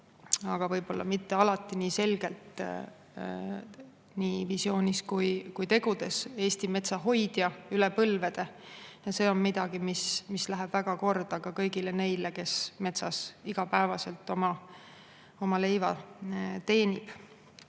aga võib-olla mitte alati nii selgelt – nii visioonis kui ka tegudes Eesti metsa hoidja üle põlvede. See on midagi, mis läheb väga korda ka kõigile neile, kes metsas igapäevaselt oma leiva teenivad.